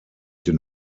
den